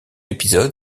épisode